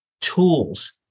tools